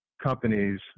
Companies